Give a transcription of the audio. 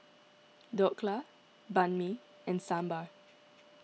Dhokla Banh Mi and Sambar